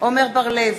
עמר בר-לב,